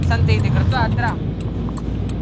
सन्ति इति कृत्वा अत्र